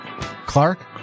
Clark